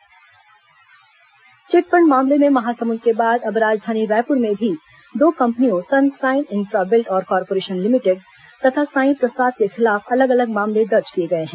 chit fund FIR chit fund मामले में महासमुंद के बाद अब राजधानी रायपुर में भी दो कंपनियों सन साईन इंफ्राबिल्ड और कापोर्रेशन लिमिटेड तथा सांई प्रसाद के खिलाफ अलग अलग मामले दर्ज किए गए हैं